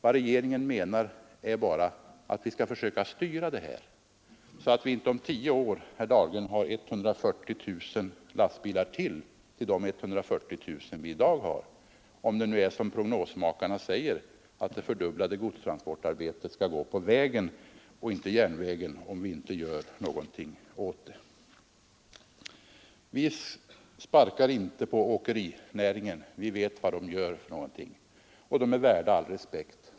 Vad regeringen menar är bara att vi skall försöka styra utvecklingen, så att vi inte om tio är har ytterligare 140 000 lastbilar till de 140 000 som vi har i dag, om det nu blir som prognosmakarna säger att den fördubblade godstrafiken kommer att gå på vägarna och inte på järnvägen om vi inte gör någonting åt det. Vi sparkar alltså inte på åkerinäringen, vi vet vad den gör och den är värd all respekt.